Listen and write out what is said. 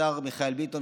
השר מיכאל ביטון,